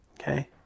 Okay